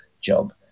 job